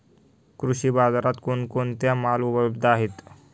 कृषी बाजारात कोण कोणता माल उपलब्ध आहे?